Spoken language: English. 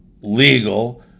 legal